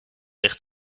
ligt